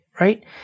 right